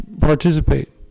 participate